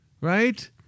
right